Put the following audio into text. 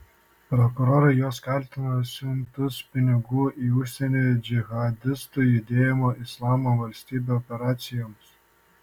prokurorai juos kaltina siuntus pinigų į užsienį džihadistų judėjimo islamo valstybė operacijoms